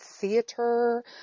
theater